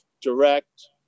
Direct